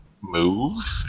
move